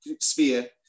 sphere